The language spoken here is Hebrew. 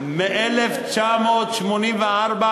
האירו את עינינו ושיפרו את דיונינו.